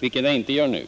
vilket den inte gör nu.